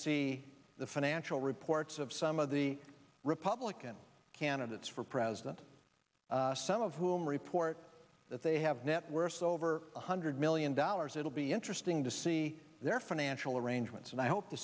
see the financial reports of some of the republican candidates for president some of whom report that they have met worse over one hundred million dollars it'll be interesting to see their financial arrangements and i hope the